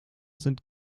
sind